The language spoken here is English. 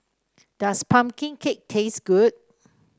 does pumpkin cake taste good